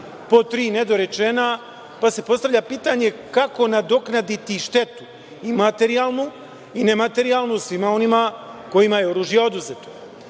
pod 3) nedorečena, pa se postavlja pitanje kako nadoknaditi štetu, i materijalnu i nematerijalnu, svima onima kojima je oružje oduzeto? Prema